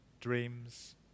Dreams